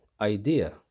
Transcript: idea